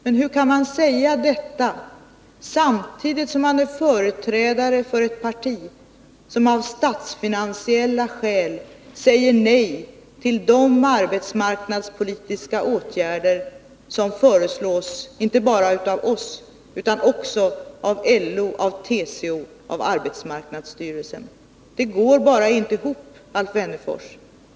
Men hur kan man säga detta, samtidigt som man är företrädare för ett parti som av statsfinansiella skäl säger nej till de arbetsmarknadspolitiska åtgärder som föreslås inte bara av oss utan också av LO, TCO och arbetsmarknadsstyrelsen? Det går bara inte ihop, Alf Wennerfors.